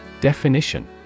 Definition